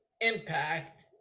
Impact